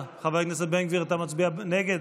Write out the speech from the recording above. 48 בעד, 62 נגד.